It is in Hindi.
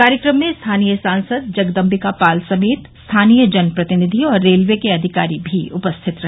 कार्यक्रम में स्थानीय सांसद जगदम्बिका पाल समेत स्थानीय जनप्रतिनिधि और रेलवे के अधिकारी भी उपस्थित रहे